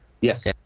Yes